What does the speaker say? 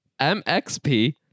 MXP